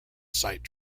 sight